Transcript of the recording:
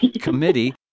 Committee